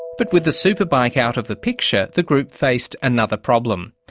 but with the superbike out of the picture, the group faced another problem.